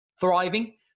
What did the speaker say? thriving